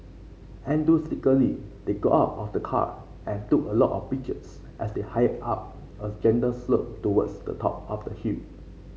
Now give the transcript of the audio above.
they got out of the car and took a lot of pictures as they hiked up a gentle slope towards the top of the hill